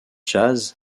jazz